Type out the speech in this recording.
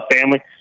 family